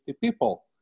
people